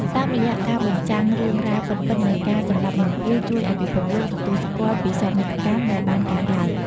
តាមរយៈការចាក់បញ្ចាំងរឿងរ៉ាវពិតៗនៃការសម្លាប់រង្គាល ជួយឲ្យពិភពលោកទទួលស្គាល់ពីសោកនាដកម្មដែលបានកើតឡើង។